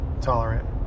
tolerant